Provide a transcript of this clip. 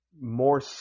More